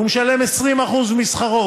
והוא משלם 20% משכרו,